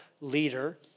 leader